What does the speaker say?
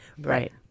Right